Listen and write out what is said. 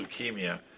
leukemia